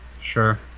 sure